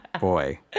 Boy